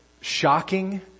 shocking